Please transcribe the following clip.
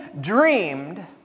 dreamed